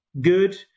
good